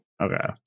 Okay